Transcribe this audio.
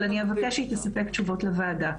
אבל אני אבקש שהיא תספק תשובות לוועדה.